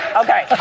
okay